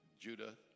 Judah